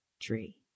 tree